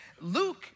Luke